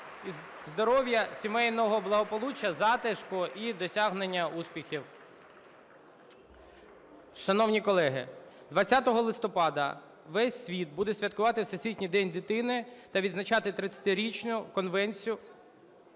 Здоров'я, сімейного благополуччя, затишку і досягнення успіхів. (Оплески) Шановні колеги, 20 листопада весь світ буде святкувати Всесвітній день дитини та відзначати тридцятирічну конвенцію...